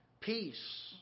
Peace